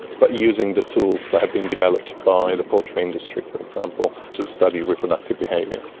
but using the tools that have been developed by the poultry industry, for example, to study reproductive behaviour.